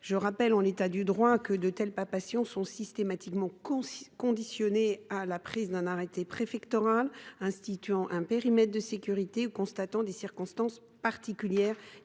Je rappelle que, en l’état du droit, de telles palpations sont systématiquement subordonnées à la prise d’un arrêté préfectoral instituant un périmètre de sécurité ou constatant des circonstances particulières